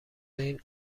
این